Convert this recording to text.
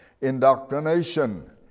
indoctrination